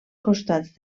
costats